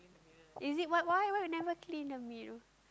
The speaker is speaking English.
is it what why why you never clean the mirror